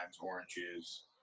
oranges